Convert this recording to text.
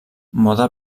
moda